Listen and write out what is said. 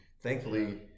Thankfully